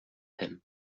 him